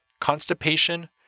constipation